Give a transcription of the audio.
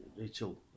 Rachel